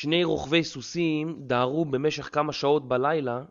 שני רוכבי סוסים דהרו במשך כמה שעות בלילה.